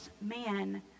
man